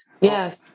Yes